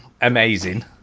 amazing